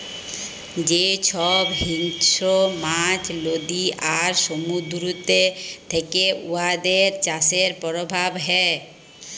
যে ছব হিংস্র মাছ লদী আর সমুদ্দুরেতে থ্যাকে উয়াদের চাষের পরভাব হ্যয়